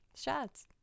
shots